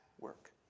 work